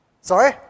Sorry